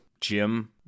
Jim